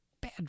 bad